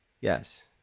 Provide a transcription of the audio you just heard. Yes